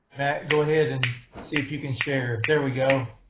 matt. go ahead and see if you can share. there we go.